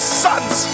sons